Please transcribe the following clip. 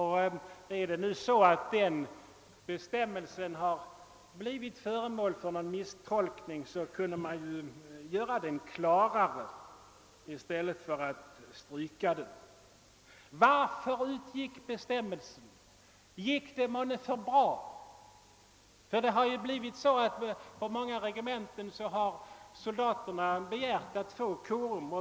Har bestämmelsen blivit föremål för någon misstolkning, kunde man ju göra den klarare i stället för att stryka den. Var det måhända så att på grund av bestämmelsen framgången var alltför stor? På många regementen har ju soldaterna begärt att få korum.